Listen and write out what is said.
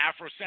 Afrocentric